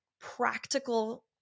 practical